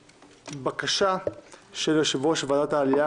בקשה של יושב-ראש ועדת העלייה,